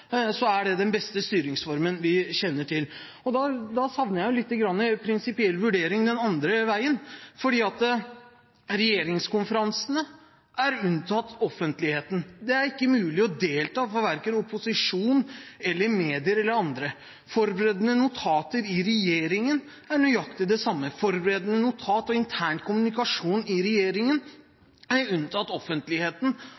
er det den beste styreformen man kjenner til. Da savner jeg litt en prinsipiell vurdering den andre veien. Regjeringskonferansene er unntatt offentligheten. Der er det ikke mulig å delta for verken opposisjon, medier eller andre. For forberedende notater gjelder nøyaktig det samme. Forberedende notater og intern kommunikasjon i regjeringen er unntatt offentligheten